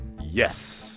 Yes